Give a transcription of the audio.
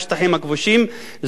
בשטחים הכבושים,